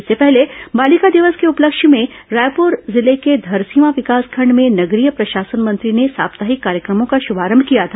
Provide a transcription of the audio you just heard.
इससे पहले बालिका दिवस के उपलक्ष्य में रायपूर जिले के धरसीवां विकासखंड में नगरीय प्रशासन मंत्री ने साप्ताहिक कार्यक्रमों का शुभारंभ किया था